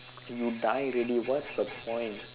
you die already what's the point